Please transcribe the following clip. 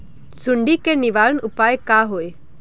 सुंडी के निवारण उपाय का होए?